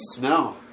No